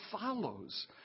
follows